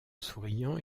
souriant